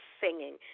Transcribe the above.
singing